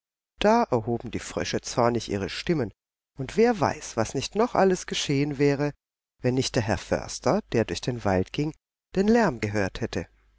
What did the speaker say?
da erhoben die frösche zornig ihre stimmen und wer weiß was nicht noch alles geschehen wäre wenn nicht der herr förster der durch den wald ging den lärm gehört hätte